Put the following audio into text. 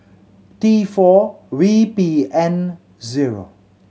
T four V P N zero